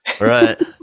Right